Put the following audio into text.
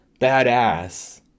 Badass